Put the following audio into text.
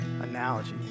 analogy